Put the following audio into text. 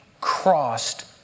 crossed